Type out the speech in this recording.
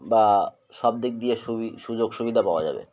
বা সব দিক দিয়ে সু সুযোগ সুবিধা পাওয়া যাবে